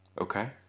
Okay